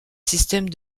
système